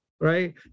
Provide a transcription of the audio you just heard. Right